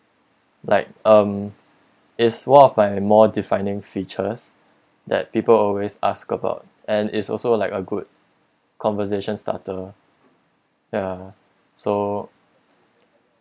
like um is one of my more defining features that people always ask about and it's also like a good conversation starter ya so